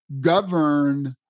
govern